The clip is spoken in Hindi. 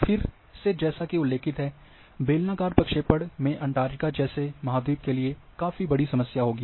फिर से जैसा कि उल्लेखित है बेलनाकार प्रक्षेपण में अंटार्कटिका जैसे महाद्वीप के लिए काफ़ी बड़ी समस्या होगी